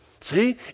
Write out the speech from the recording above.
See